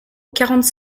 quarante